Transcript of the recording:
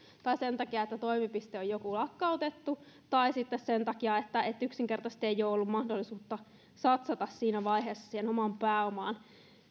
tai sen takia että toimipiste on lakkautettu tai sitten sen takia että että yksinkertaisesti ei ole ollut mahdollisuutta satsata siinä vaiheessa siihen omaan pääomaan